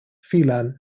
phelan